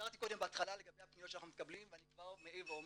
הזכרתי בהתחלה לגבי הפניות שאנחנו מקבלים ואני כבר מעיר ואומר,